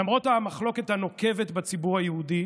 למרות המחלוקת הנוקבת בציבור היהודי